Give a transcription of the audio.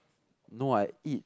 no I eat